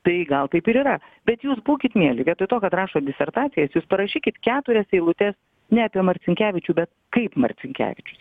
tai gal taip ir yra bet jūs būkit mieli vietoj to kad rašot disertacijas jūs parašykit keturias eilutes ne apie marcinkevičių bet kaip marcinkevičius